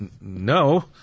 No